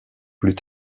plus